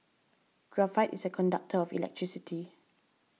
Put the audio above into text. graphite is a conductor of electricity